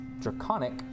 draconic